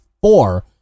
four